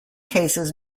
cases